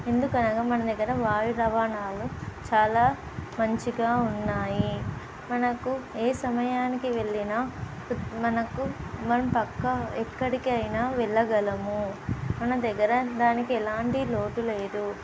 ఎందుకనగా మన దగ్గర వాయు రవాణాలు చాలా మంచిగా ఉన్నాయి మనకు ఏ సమయానికి వెళ్లినా మనకు మనం పక్క ఎక్కడికైనా వెళ్ళగలము మన దగ్గర దానికి ఎలాంటి లోటు లేదు